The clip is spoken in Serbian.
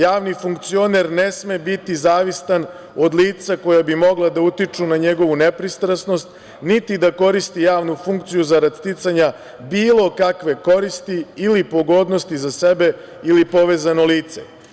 Javni funkcioner ne sme biti zavisan od lica koja bi mogla da utiču na njegovu nepristrasnost, niti da koristi javnu funkciju zarad sticanja bilo kakve koristi ili pogodnosti za sebe ili povezano lice.